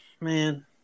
man